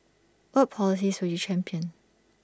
what policies will you champion